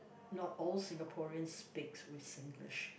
not all Singaporeans speak with Singlish